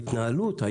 ההתנהלות,